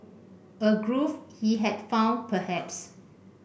a groove he had found perhaps